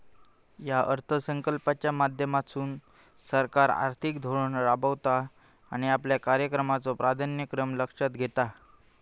या अर्थसंकल्पाच्या माध्यमातसून सरकार आर्थिक धोरण राबवता आणि आपल्या कार्यक्रमाचो प्राधान्यक्रम लक्षात घेता